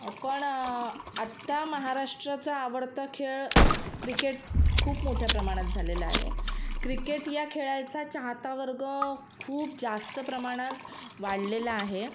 पण आत्ता महाराष्ट्राचा आवडता खेळ क्रिकेट खूप मोठ्या प्रमाणात झालेला आहे क्रिकेट या खेळायचा चाहता वर्ग खूप जास्त प्रमाणात वाढलेला आहे